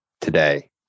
today